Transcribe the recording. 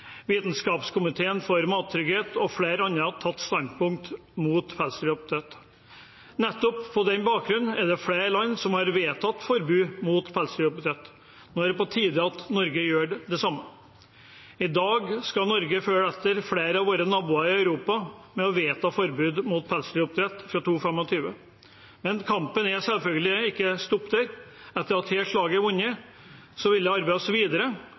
Vitenskapskomiteen for mattrygghet og flere andre – tatt standpunkt mot pelsdyroppdrett. Nettopp på den bakgrunnen er det flere land som har vedtatt forbud mot pelsdyroppdrett. Nå er det på tide at Norge gjør det samme. I dag skal Norge følge etter flere av våre naboer i Europa og vedta forbud mot pelsdyroppdrett fra 2025. Men kampen stopper selvsagt ikke der. Etter at dette slaget er vunnet, vil vi jobbe videre